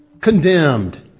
condemned